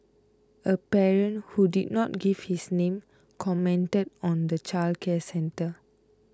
a parent who did not give his name commented on the childcare centre